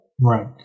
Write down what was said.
Right